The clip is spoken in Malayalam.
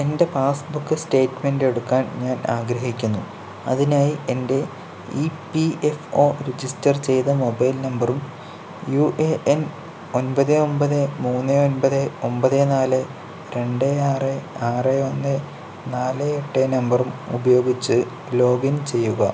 എൻ്റെ പാസ്ബുക്ക് സ്റ്റേറ്റ്മെൻറ്റ് എടുക്കാൻ ഞാൻ ആഗ്രഹിക്കുന്നു അതിനായി എൻ്റെ E P F O register ചെയ്ത മൊബൈൽ നമ്പറും യു എ എൻ ഒൻപത് ഒമ്പത് മൂന്ന് ഒൻപത് ഒമ്പത് നാല് രണ്ട് ആറ് ആറ് ഒന്ന് നാല് എട്ട് നമ്പറും ഉപയോഗിച്ച് ലോഗിൻ ചെയ്യുക